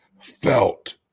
felt